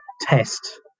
test